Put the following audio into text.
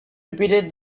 repeated